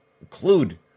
include